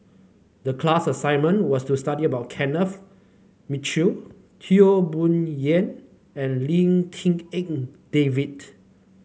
the class assignment was to study about Kenneth Mitchell Teo Bee Yen and Lim Tik En David